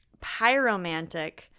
pyromantic